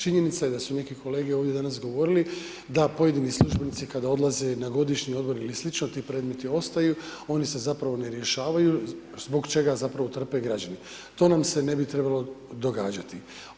Činjenica je da su neki kolege ovdje danas govorili da pojedini službenici kada odlaze na godišnji odmor ili sl., ti predmeti ostaju, oni se zapravo ne rješavaju zbog čega zapravo trpe građani, to nam se ne bi trebalo događati.